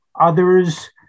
others